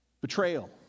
betrayal